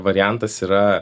variantas yra